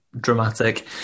dramatic